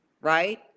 right